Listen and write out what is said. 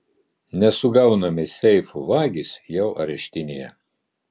nesugaunami seifų vagys jau areštinėje